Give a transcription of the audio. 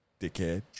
dickhead